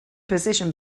position